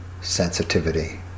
sensitivity